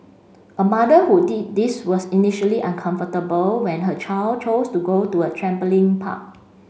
a mother who did this was initially uncomfortable when her child chose to go to a trampoline park